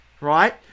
right